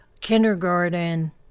kindergarten